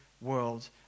world